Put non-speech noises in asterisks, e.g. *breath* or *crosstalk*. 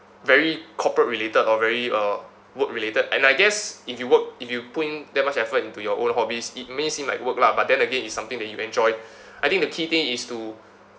very corporate related or very uh work related and I guess if you work if you put in that much effort into your own hobbies it may seem like work lah but then again it's something that you enjoy *breath* I think the key thing is to